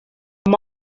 amb